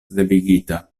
devigita